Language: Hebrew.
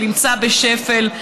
שנמצא בשפל?